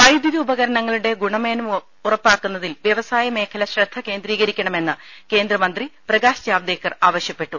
വൈദ്യുതി ഉപകരണങ്ങളുടെ ഗുണമേന്മ ഉറപ്പാക്കുന്നതിൽ വൃവസായമേഖല ശ്രദ്ധ കേന്ദ്രീകരിക്കണമെന്ന് കേന്ദ്രമന്ത്രി പ്രകാശ് ജാവ്ദേക്കർ ആവശ്യപ്പെട്ടു